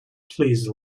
please